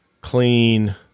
clean